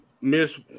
miss